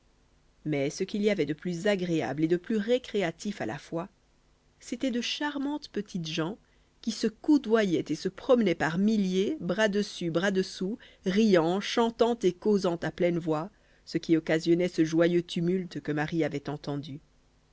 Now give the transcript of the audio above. mais ce qu'il y avait de plus agréable et de plus récréatif à la fois c'étaient de charmantes petites gens qui se coudoyaient et se promenaient par milliers bras dessus bras dessous riant chantant et causant à pleine voix ce qui occasionnait ce joyeux tumulte que marie avait entendu